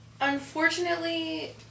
Unfortunately